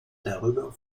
darüber